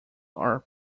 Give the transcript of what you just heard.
are